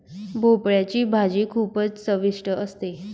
भोपळयाची भाजी खूपच चविष्ट असते